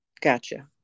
Gotcha